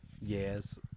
Yes